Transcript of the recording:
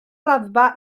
raddfa